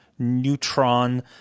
neutron